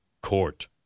Court